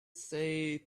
say